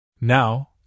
Now